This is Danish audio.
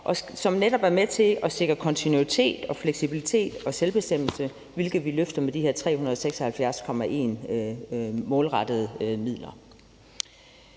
er netop med til at sikre kontinuitet, fleksibilitet og selvbestemmelse, hvilket vi løfter med de her målrettede midler